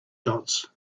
dots